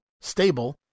stable